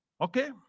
Okay